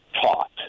taught